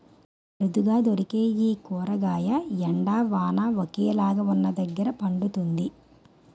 అరుదుగా దొరికే ఈ కూరగాయ ఎండ, వాన ఒకేలాగా వున్నదగ్గర పండుతుంది